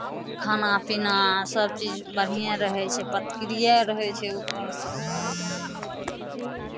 खाना पीना सभचीज बढ़िएँ रहै छै प्रतिक्रिया रहै छै उपरसँ